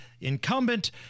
incumbent